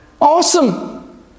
Awesome